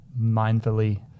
mindfully –